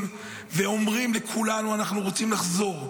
ואומרים לכולנו: אנחנו רוצים לחזור ולהשתקם.